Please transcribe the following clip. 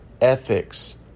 ethics